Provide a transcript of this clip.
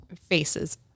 faces